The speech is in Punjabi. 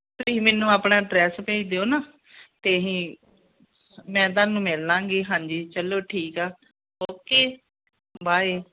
ਤੁਸੀਂ ਮੈਨੂੰ ਆਪਣਾ ਅਡਰੈੱਸ ਭੇਜ ਦਿਓ ਨਾ ਅਤੇ ਅਸੀਂ ਮੈਂ ਤੁਹਾਨੂੰ ਮਿਲ ਲਵਾਂਗੀ ਹਾਂਜੀ ਚਲੋ ਠੀਕ ਆ ਓਕੇ ਬਾਏ